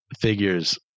figures